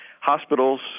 hospitals